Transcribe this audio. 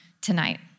tonight